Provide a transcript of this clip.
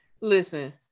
Listen